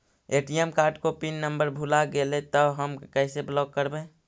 ATM card को pin number भुला गैले तौ हम कैसे ब्लॉक करवै?